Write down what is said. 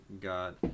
got